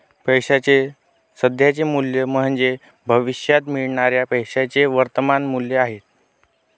पैशाचे सध्याचे मूल्य म्हणजे भविष्यात मिळणाऱ्या पैशाचे वर्तमान मूल्य आहे